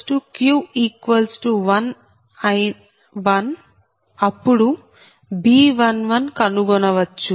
మరియు p q 1 అప్పుడు B11 కనుగొనవచ్చు